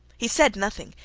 he said nothing,